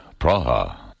Praha